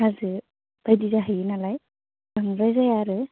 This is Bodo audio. हाजो बायदि जाहैयो नालाय बांद्राय जाया आरो